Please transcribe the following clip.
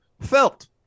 felt